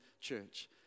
church